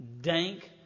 dank